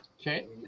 Okay